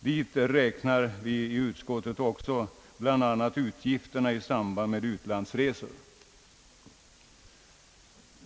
Dit räknar vi i utskottet också utgifterna i samband med utlandsresor.